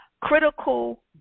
critical